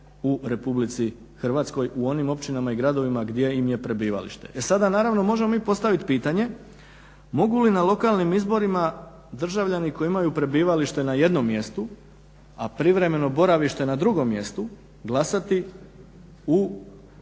u Republici Hrvatskoj u onim općinama i gradovima gdje im je prebivalište. E sada naravno možemo mi postavit pitanje mogu li na lokalnim izborima državljani koji imaju prebivalište na jednom mjestu, a privremeno boravište na drugom mjestu glasati u onim